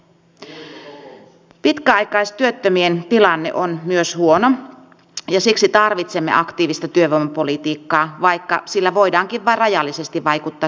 myös pitkäaikaistyöttömien tilanne on huono ja siksi tarvitsemme aktiivista työvoimapolitiikkaa vaikka sillä voidaankin vain rajallisesti vaikuttaa työttömyyteen